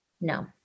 No